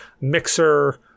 mixer